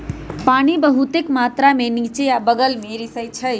पानी बहुतेक मात्रा में निच्चे आ बगल में रिसअई छई